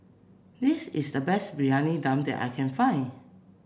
this is the best Briyani Dum that I can find